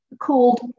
called